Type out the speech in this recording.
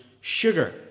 sugar